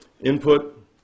Input